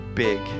big